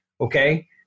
Okay